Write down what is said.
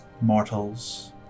mortals